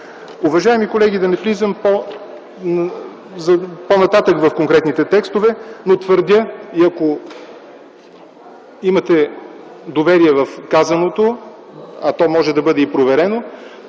Уважаеми колеги, да не влизам по-нататък в конкретните текстове, но твърдя и ако имате доверие в казаното, а то може да бъде и проверено,